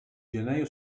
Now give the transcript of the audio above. gennaio